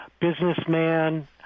businessman